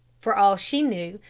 for all she knew,